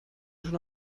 schon